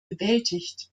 bewältigt